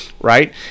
right